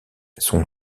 son